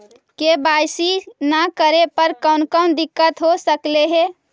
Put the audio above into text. KYC न करे पर कौन कौन दिक्कत हो सकले हे?